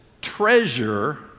treasure